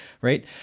right